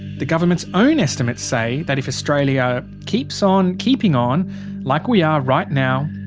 the government's own estimates say that, if australia keeps on keeping on like we are right now,